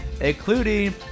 including